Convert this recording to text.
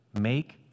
Make